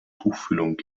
tuchfühlung